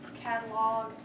catalog